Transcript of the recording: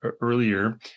earlier